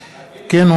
ראשונה,